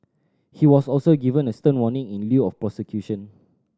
he was also given a stern warning in lieu of prosecution